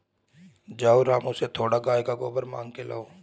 जाओ रामू से थोड़ा गाय का गोबर मांग के लाओ